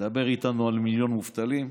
תדבר איתנו על מיליון מובטלים,